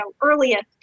earliest